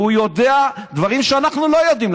והוא יודע דברים שאנחנו לא יודעים.